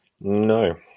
No